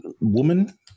woman